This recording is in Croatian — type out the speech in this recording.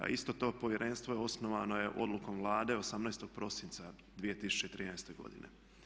A isto to povjerenstvo osnovano je odlukom Vlade 18. prosinca 2013. godine.